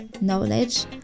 knowledge